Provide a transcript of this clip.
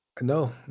No